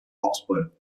oxford